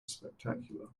spectacular